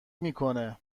میکنه